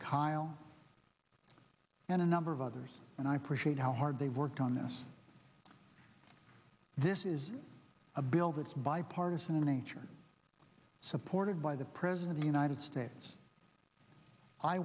kyl and a number of others and i appreciate how hard they worked on this this is a bill that's bipartisan in nature supported by the president of united states i